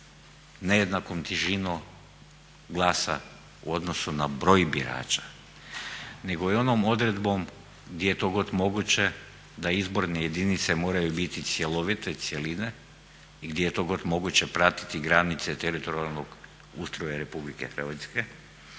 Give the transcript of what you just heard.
nejednakom … glasa u odnosu na broj birača, nego je onom odredbom gdje god je to moguće da izborne jedinice moraju biti cjelovite cjeline i gdje je to god moguće pratiti granice teritorijalnog ustroja RH i pri tome